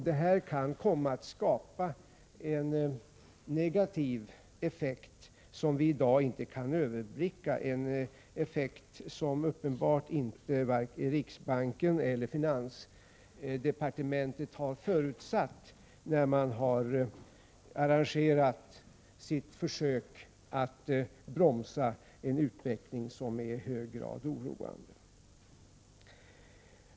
Detta kan komma att skapa en negativ effekt, som vi i dag inte kan överblicka, en effekt som uppenbarligen varken riksbanken eller finansdepartementet har förutsett, när man gjorde försöket att bromsa en i hög grad oroande utveckling.